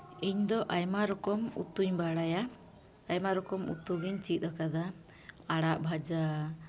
ᱤᱧ ᱫᱚ ᱟᱭᱢᱟ ᱨᱚᱠᱚᱢ ᱩᱛᱩᱧ ᱵᱟᱲᱟᱭᱟ ᱟᱭᱢᱟ ᱨᱚᱠᱚᱢ ᱩᱛᱩ ᱜᱮᱧ ᱪᱮᱫ ᱟᱠᱟᱫᱟ ᱟᱲᱟᱜ ᱵᱷᱟᱡᱟ